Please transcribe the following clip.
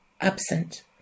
absent